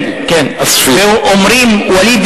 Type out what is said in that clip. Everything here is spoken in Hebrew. מכל מלמדי השכלתי.